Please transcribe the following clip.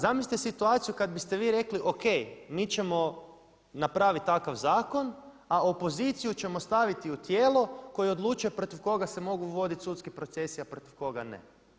Zamislite situaciju kad biste vi rekli ok mi ćemo napraviti takav zakon a opoziciju ćemo staviti u tijelo koje odlučuje protiv koga se mogu voditi sudski procesi a protiv koga ne.